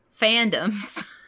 fandoms